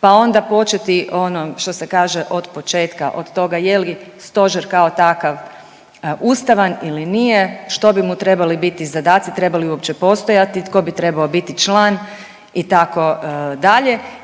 pa onda početi, ono, što se kaže, od početka, od toga je li stožer kao takav ustavan ili nije, što bi mu trebali biti zadaci, treba li uopće postojati, tko bi trebao biti član, itd.